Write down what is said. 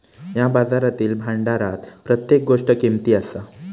या बाजारातील भांडारात प्रत्येक गोष्ट किमती असा